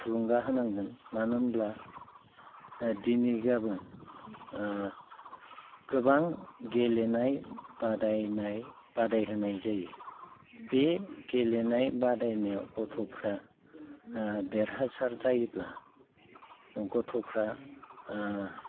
थुलुंगा होनांगोन मानो होमब्ला दिनै गाबोन गोबां गेलेनाय बादायनाय बादायहोनाय जायो बे गेलेनाय बादायनायाव गथफ्रा देरहासार जायोब्ला गथ'फ्रा